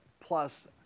Plus